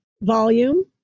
volume